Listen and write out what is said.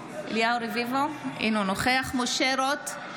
אינו נוכח משה רוט,